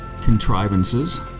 contrivances